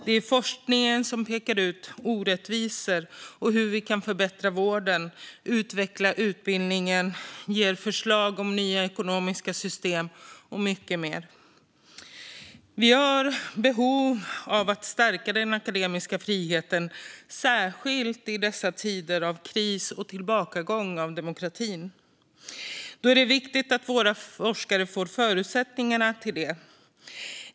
Det är forskningen som pekar ut orättvisor, visar hur vi kan förbättra vården och utveckla utbildningen, ger förslag om nya ekonomiska system och mycket mer. Vi har behov av att stärka den akademiska friheten, särskilt i dessa tider av kris och tillbakagång för demokratin. Då är det viktigt att våra forskare får förutsättningar för detta.